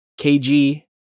KG